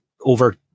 over